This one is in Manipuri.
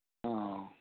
ꯑꯣ